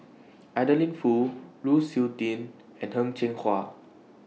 Adeline Foo Lu Suitin and Heng Cheng Hwa